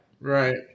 Right